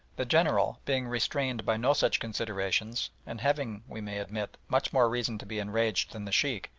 the general, being restrained by no such considerations, and having, we may admit, much more reason to be enraged than the sheikh,